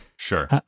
Sure